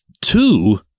Two